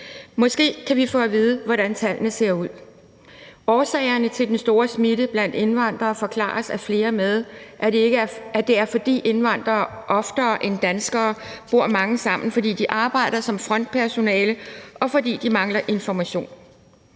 Måske kan vi få at vide, hvordan tallene ser ud. Årsagerne til den store smitte blandt indvandrere forklares af flere med, at det er, fordi indvandrere oftere end danskere bor mange sammen, fordi de arbejder som frontpersonale, og fordi de mangler information.